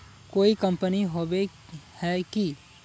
कोई कंपनी होबे है की?